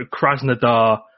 Krasnodar